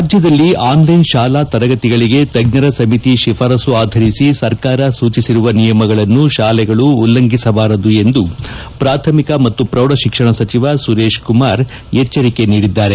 ರಾಜ್ಞದಲ್ಲಿ ಆನ್ಲೈನ್ ಶಾಲಾ ತರಗತಿಗಳಿಗೆ ತಜ್ಞರ ಸಮಿತಿ ಶಿಫಾರಸ್ಸು ಆಧರಿಸಿ ಸರ್ಕಾರ ಸೂಚಿಸಿರುವ ನಿಯಮಗಳನ್ನು ಶಾಲೆಗಳು ಉಲ್ಲಂಘಿಸಬಾರದು ಎಂದು ಪ್ರಾಥಮಿಕ ಮತ್ತು ಪ್ರೌಢ ಶಿಕ್ಷಣ ಸಚಿವ ಸುರೇಶ್ಕುಮಾರ್ ಎಚ್ಚರಿಕೆ ನೀಡಿದ್ದಾರೆ